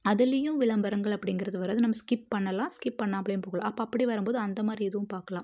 அதுலையும் விளம்பரங்கள் அப்படிங்கிறது வரும் அது நம்ம ஸ்கிப் பண்ணலாம் ஸ்கிப் பண்ணாமலையும் போகலாம் அப்போ அப்படி வரும் போது அந்த மாதிரி இதுவும் பார்க்கலாம்